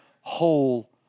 whole